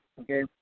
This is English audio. Okay